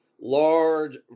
large